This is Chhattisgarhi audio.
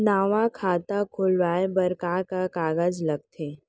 नवा खाता खुलवाए बर का का कागज लगथे?